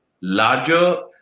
larger